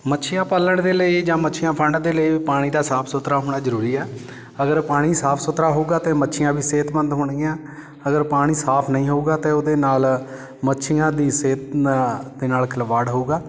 ਮੱਛੀਆਂ ਪਾਲਣ ਦੇ ਲਈ ਜਾਂ ਮੱਛੀਆਂ ਫੜਨ ਦੇ ਲਈ ਪਾਣੀ ਦਾ ਸਾਫ ਸੁਥਰਾ ਹੋਣਾ ਜ਼ਰੂਰੀ ਆ ਅਗਰ ਪਾਣੀ ਸਾਫ ਸੁਥਰਾ ਹੋਊਗਾ ਤਾਂ ਮੱਛੀਆਂ ਵੀ ਸਿਹਤਮੰਦ ਹੋਣਗੀਆਂ ਅਗਰ ਪਾਣੀ ਸਾਫ ਨਹੀਂ ਹੋਊਗਾ ਤਾਂ ਉਹਦੇ ਨਾਲ ਮੱਛੀਆਂ ਦੀ ਸਿਹਤ ਨ ਦੇ ਨਾਲ ਖਿਲਵਾੜ ਹੋਊਗਾ